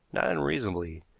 not unreasonably,